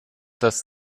dass